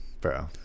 bro